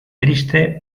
triste